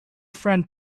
friend